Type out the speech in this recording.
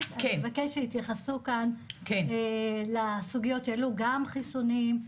אבקש שיתייחסו כאן לסוגיות שעלו, גם חיסונים,